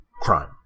crime